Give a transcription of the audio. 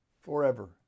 forever